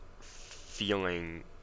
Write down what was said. feeling